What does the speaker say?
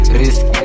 risk